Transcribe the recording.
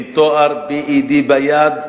עם תואר .B.Ed ביד,